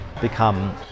become